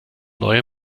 neue